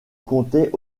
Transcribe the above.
comptait